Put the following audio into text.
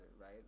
right